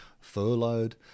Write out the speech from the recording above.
furloughed